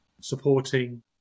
supporting